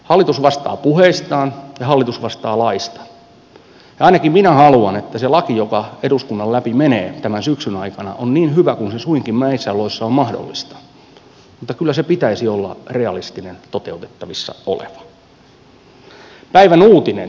hallitus vastaa puheistaan ja hallitus vastaa laista ja ainakin minä haluan että se laki joka eduskunnan läpi menee tämän syksyn aikana on niin hyvä kuin se suinkin näissä oloissa on mahdollista mutta kyllä sen pitäisi olla realistinen toteutettavissa oleva